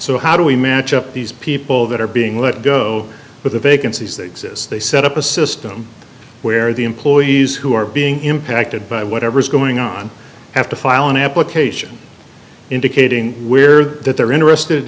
so how do we match up these people that are being let go but the vacancies that exist they set up a system where the employees who are being impacted by whatever's going on have to file an application indicating where that they're interested